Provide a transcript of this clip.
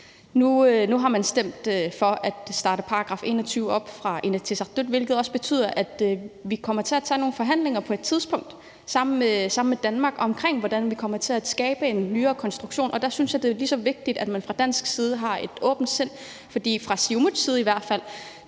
Nu har man stemt for at starte § 21 op fra Inatsisartuts side, hvilket også betyder, at vi kommer til at have nogle forhandlinger på et tidspunkt sammen med Danmark om, hvordan vi kommer til at skabe en nyere konstruktion. Og der synes jeg, det er lige så vigtigt, at man fra dansk side har et åbent sind. For fra Siumuts side ved jeg i hvert fald